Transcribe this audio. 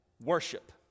worship